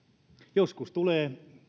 joskus tulee